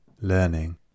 learning